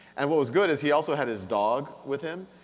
and what was good is he also had his dog with him,